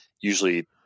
usually